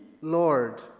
Lord